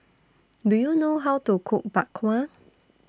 Do YOU know How to Cook Bak Kwa